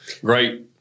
great